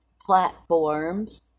platforms